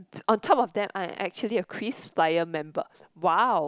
on top of that I'm actually a KrisFlyer member !wow!